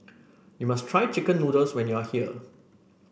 you must try chicken noodles when you are here